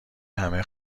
همه